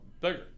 bigger